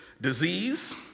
disease